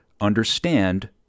Understand